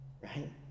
right